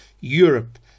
Europe